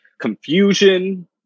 confusion